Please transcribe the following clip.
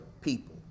people